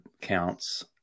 counts